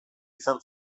izan